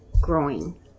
growing